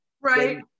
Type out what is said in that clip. right